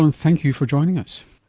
and thank you for joining us.